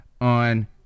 on